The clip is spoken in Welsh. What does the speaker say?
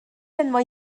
enwau